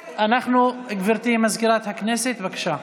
גברתי מזכירת הכנסת, בבקשה.